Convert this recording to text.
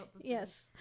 Yes